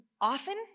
Often